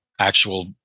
actual